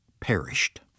perished